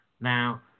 now